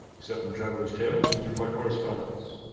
except from travelers' tales and through my correspondents.